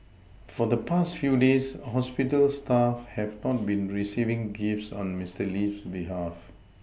for the past few days hospital staff have not been receiving gifts on Mister Lee's behalf